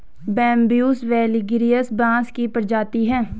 Bambusa वैलगेरिस बाँस की प्रजाति है